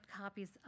copies